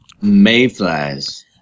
Mayflies